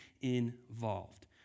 involved